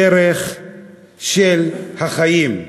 דרך של החיים.